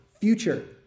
future